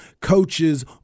coaches